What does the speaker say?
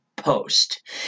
post